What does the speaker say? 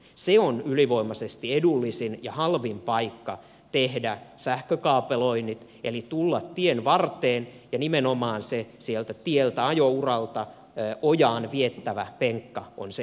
se on ylivoimaisesti edullisin ja halvin paikka tehdä sähkökaapeloinnit eli tulla tienvarteen ja nimenomaan tieltä ajouralta ojaan viettävä penkka on edullisin paikka